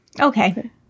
Okay